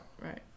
right